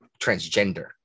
transgender